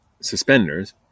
suspenders